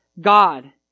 God